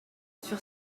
sur